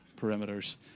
perimeters